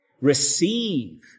Receive